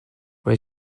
mae